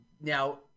Now